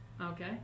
Okay